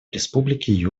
республики